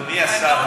אדוני השר,